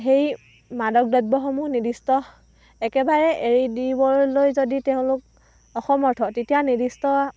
সেই মাদক দ্ৰব্যসমূহ নিৰ্দিষ্ট একেবাৰে এৰি দিবলৈ যদি তেওঁলোক অসমৰ্থ তেতিয়া নিৰ্দিষ্ট